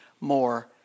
More